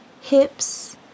hips